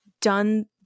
done